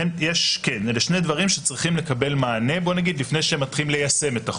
אלה שני דברים שצריכים לקבל מענה לפני שמתחילים ליישם את החוק: